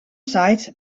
seit